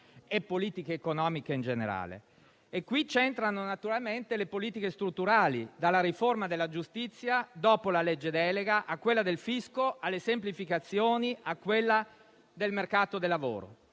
e politiche economiche in generale. Qui c'entrano naturalmente le politiche strutturali: dalla riforma della giustizia, dopo la legge delega, a quella del fisco alle semplificazioni a quella del mercato del lavoro,